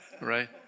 right